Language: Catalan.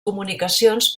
comunicacions